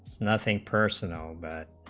nothing personal,